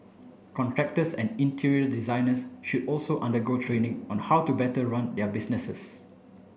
contractors and interior designers should also undergo training on how to better run their businesses